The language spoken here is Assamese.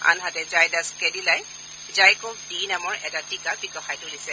আনহাতে জাইদাচ কেডিলাই জাইকোভ ডি নামৰ এটা টীকা বিকশাই তুলিছে